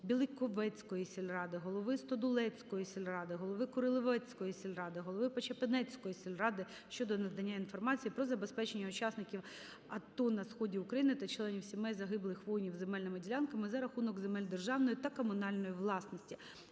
Біликовецької сільради, голови Стодулецької сільради, голови Куриловецької сільради, голови Почапинецької сільради щодо надання інформації про забезпечення учасників АТО на сході України та членів сімей загиблих воїнів земельними ділянками за рахунок земель державної та комунальної власності.